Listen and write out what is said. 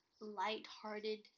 light-hearted